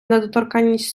недоторканність